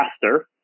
faster